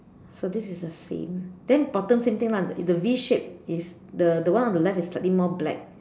so this is the same then bottom same thing lah the the V shape is the the one on the left is slightly more black